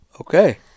Okay